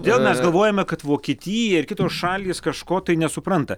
kodėl mes galvojame kad vokietija ir kitos šalys kažko tai nesupranta